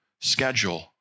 schedule